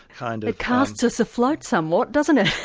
kind of it casts us afloat somewhat doesn't it?